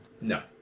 No